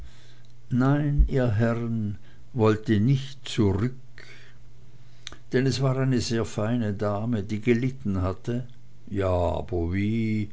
nein ihr herren wollte nicht zurück denn es war eine sehr feine dame die gelitten hatte ja aber wie